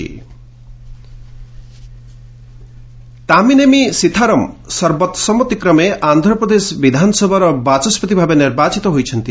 AP assembly Tammineni Sitharam ସର୍ବସମ୍ମତିକ୍ରମେ ଆନ୍ଧ୍ରପ୍ରଦେଶ ବିଧାନସଭାର ବାଚସ୍କତି ଭାବେ ନିର୍ବାଚିତ ହୋଇଛନ୍ତି